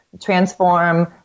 transform